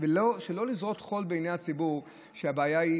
ולא לזרות חול בעיני הציבור שהבעיה היא